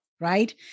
right